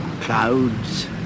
clouds